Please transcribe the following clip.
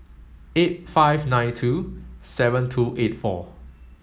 eight five nine two seven two eight four